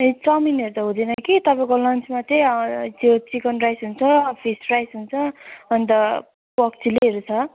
ए चाउमिनहरू त हुँदैन कि तपाईँको लन्चमा चाहिँ त्यो चिकन राइस हुन्छ फिस राइस हुन्छ अन्त पोर्क चिल्लीहरू छ